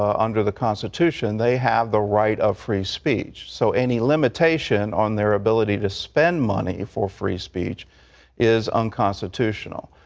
um under the constitution, they have the right of free speech. so any limitation on their ability to spend money for free speech is unconstitutional.